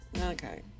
Okay